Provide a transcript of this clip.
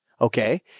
Okay